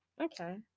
okay